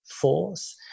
force